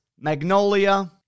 Magnolia